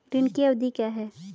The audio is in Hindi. ऋण की अवधि क्या है?